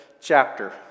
chapter